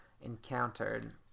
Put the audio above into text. encountered